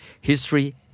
history